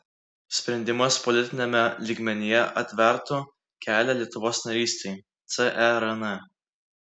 sprendimas politiniame lygmenyje atvertų kelią lietuvos narystei cern